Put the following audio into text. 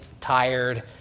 tired